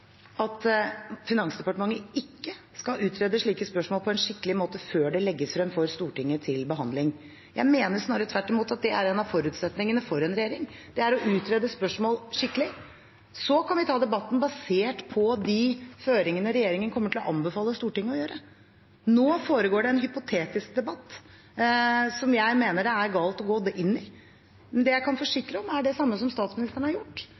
at Finansdepartementet ikke skal utrede slike spørsmål på en skikkelig måte før de legges frem for Stortinget til behandling. Jeg mener snarere tvert imot at det å utrede spørsmål skikkelig er en av forutsetningene for en regjering. Så kan vi ta debatten, basert på det som regjeringen kommer til å anbefale Stortinget å gjøre. Nå foregår det en hypotetisk debatt som jeg mener det er galt å gå inn i. Men det jeg kan forsikre om, er det samme som statsministeren har gjort,